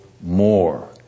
more